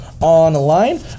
online